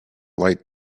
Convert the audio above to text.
light